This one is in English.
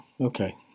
okay